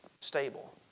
stable